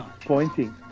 pointing